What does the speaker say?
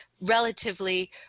relatively